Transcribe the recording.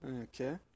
Okay